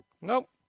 Nope